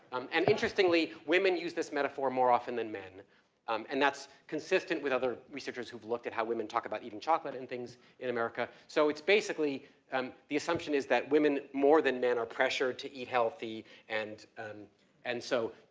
and interestingly, women use this metaphor more often than men um and that's consistent with other researchers who've looked at how women talk about eating chocolate and things in america. so, it's basically um the assumption is that women more than men are pressured to eat healthy and um and so,